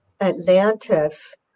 Atlantis